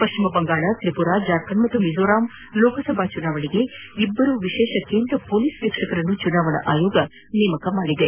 ಪಶ್ಲಿಮ ಬಂಗಾಳ ತ್ರಿಪುರಾ ಜಾರ್ಖಂಡ್ ಹಾಗೂ ಮಿಜೋರಾಂ ಲೋಕಸಭಾ ಚುನಾವಣೆಗೆ ಇಬ್ಲರು ವಿಶೇಷ ಕೇಂದ್ರ ಪೊಲೀಸ್ ವೀಕ್ಷಕರನ್ನು ಚುನಾವಣಾ ಆಯೋಗ ನೇಮಕ ಮಾಡಿದೆ